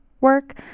work